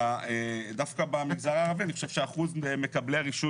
דווקא במגזר הערבי אני חושב שאחוז מקבלי הרישוי